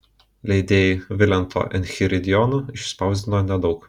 leidėjai vilento enchiridionų išspausdino nedaug